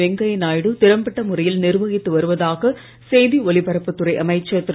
வெங்கையா நாயுடு திறம்பட்ட முறையில் நிர்வகித்து வருவதாக செய்தி ஒலிபரப்புத் துறை அமைச்சர் திரு